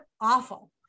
awful